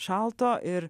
šalto ir